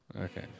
Okay